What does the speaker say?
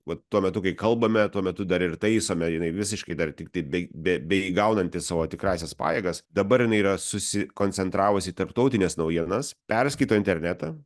vat tuo metu kai kalbame tuo metu dar ir taisome jinai visiškai dar tiktai be be be įgaunanti savo tikrąsias pajėgas dabar jinai yra susikoncentravusi į tarptautines naujienas perskaito internetą